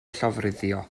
llofruddio